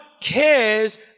cares